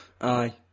aye